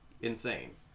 insane